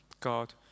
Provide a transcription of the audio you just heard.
God